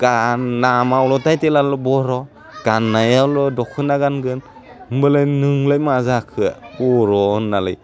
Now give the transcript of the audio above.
गान नामावल' ताइटेलाल' बर' गान्नायावल' दख्ना गानगोन होनबालाय नोंलाय मा जाखो बर' होन्नालै